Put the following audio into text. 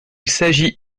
s’agit